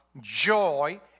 joy